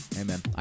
Amen